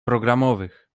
programowych